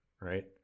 Right